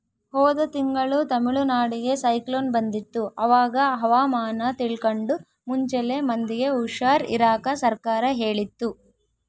ಹೋದ ತಿಂಗಳು ತಮಿಳುನಾಡಿಗೆ ಸೈಕ್ಲೋನ್ ಬಂದಿತ್ತು, ಅವಾಗ ಹವಾಮಾನ ತಿಳ್ಕಂಡು ಮುಂಚೆಲೆ ಮಂದಿಗೆ ಹುಷಾರ್ ಇರಾಕ ಸರ್ಕಾರ ಹೇಳಿತ್ತು